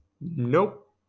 Nope